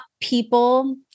people